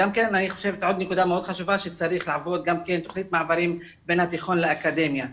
עוד נקודה חשובה שצריך לעבוד עם תכנית מעברים בין התיכון לאקדמיה,